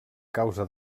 causa